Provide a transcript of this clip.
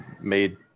made